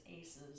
Aces